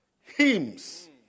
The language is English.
hymns